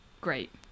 great